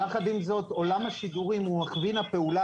יחד עם זאת עולם השידורים הוא מכווין הפעולה